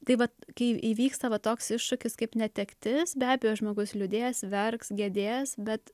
tai vat kai įvyksta va toks iššūkis kaip netektis be abejo žmogus liūdės verks gedės bet